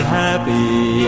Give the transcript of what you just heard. happy